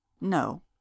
no